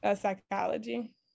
Psychology